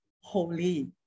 holy